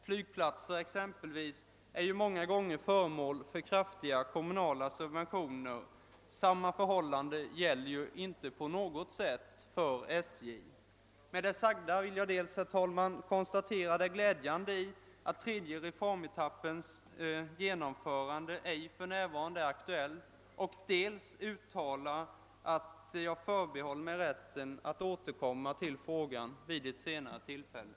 Flygplatser exempelvis är ofta föremål för kraftiga kommunala subventioner. Detta förhållande gäller inte för SJ. | Med det sagda har jag velat dels konstatera det glädjande i att det för närvarande inte är aktuellt att. genomföra den tredje reformetappen, dels uttala att jag förbehåller mig rätten att återkomma till frågan vid ett senare tillfälle.